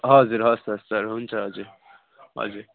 हजुर हस् हस् सर हुन्छ हजुर हजुर